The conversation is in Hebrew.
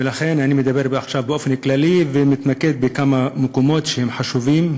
ולכן אני מדבר עכשיו באופן כללי ומתמקד בכמה מקומות חשובים.